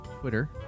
Twitter